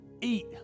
Eat